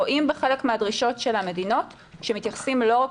רואים בחלק מהדרישות של המדינות שמתייחסים לא רק